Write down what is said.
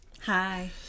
Hi